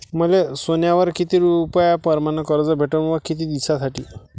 मले सोन्यावर किती रुपया परमाने कर्ज भेटन व किती दिसासाठी?